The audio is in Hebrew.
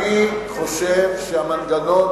אני חושב שהמנגנון,